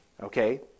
Okay